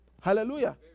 Hallelujah